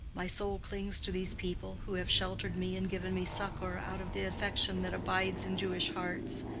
my soul clings to these people, who have sheltered me and given me succor out of the affection that abides in jewish hearts,